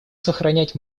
сохранять